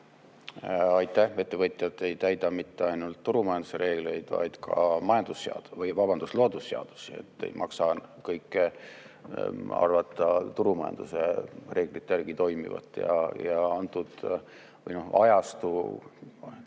Aitäh! Ettevõtjad ei täida mitte ainult turumajanduse reegleid, vaid ka loodusseadusi. Ei maksa kõike arvata turumajanduse reeglite järgi toimivat. Ja antud ajastut